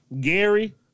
Gary